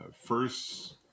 first